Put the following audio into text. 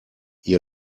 ihr